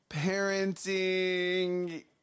parenting